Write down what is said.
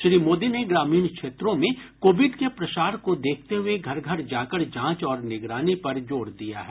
श्री मोदी ने ग्रामीण क्षेत्रों में कोविड के प्रसार को देखते हये घर घर जाकर जांच और निगरानी पर जोर दिया है